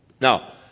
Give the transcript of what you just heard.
Now